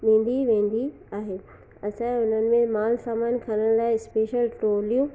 ॾींदी वेंदी आहे असांजे उन्हनि में मालु सामानु खणण लाइ स्पेशल ट्रोलियूं